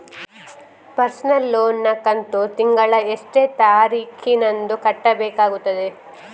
Personal loan ನ ಕಂತು ತಿಂಗಳ ಎಷ್ಟೇ ತಾರೀಕಿನಂದು ಕಟ್ಟಬೇಕಾಗುತ್ತದೆ?